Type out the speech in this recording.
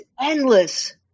endless